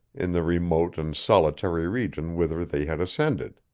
in the remote and solitary region whither they had ascended.